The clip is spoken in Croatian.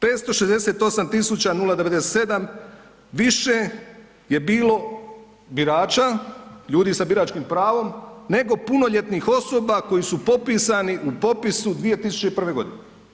568.097 više je bilo birača, ljudi sa biračkim pravom nego punoljetnih osoba koji su popisani u popisu 2001. godine.